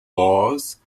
wars